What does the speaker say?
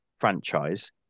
Franchise